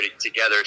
together